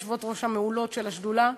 היושבות-ראש המעולות של השדולה,